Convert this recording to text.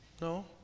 No